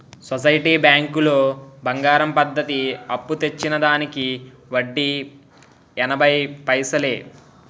society బ్యాంకులో బంగారం పద్ధతి అప్పు తెచ్చిన దానికి వడ్డీ ఎనభై పైసలే